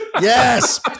yes